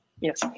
Yes